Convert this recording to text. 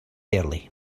early